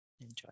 Enjoy